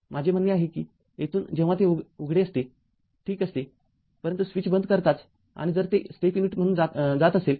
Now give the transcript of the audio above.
माझे म्हणणे आहे की येथून जेव्हा ते उघडे असते ठीक असतेपरंतु स्विच बंद करताच आणि जर ते स्टेप इनपुट म्हणून जात असेल